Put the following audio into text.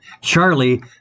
Charlie